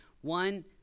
one